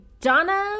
donna